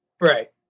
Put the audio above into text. Right